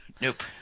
nope